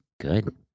Good